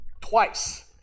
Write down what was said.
twice